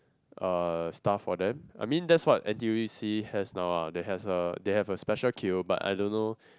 uh stuff for them I mean that's what N_T_U_C has now ah they has a they have a special queue but I don't know